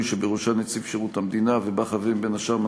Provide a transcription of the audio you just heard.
שבראשה עומד נציב שירות המדינה וחברים בה,